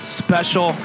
special